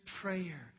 prayer